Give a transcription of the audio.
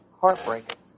heartbreaking